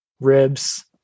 ribs